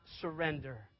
surrender